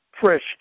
fresh